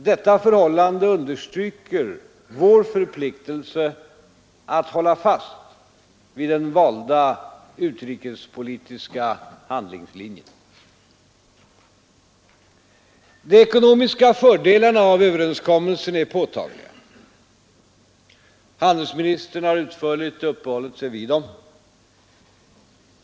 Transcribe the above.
Detta förhållande understryker vår förpliktelse att hålla fast vid den valda utrikespolitiska handlingslinjen. De ekonomiska fördelarna av överenskommelsen är påtagliga. Handelsministern har utförligt uppehållit sig vid dem.